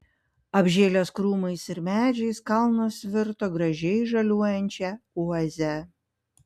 apžėlęs krūmais ir medžiais kalnas virto gražiai žaliuojančia oaze